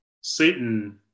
Satan